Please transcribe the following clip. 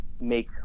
make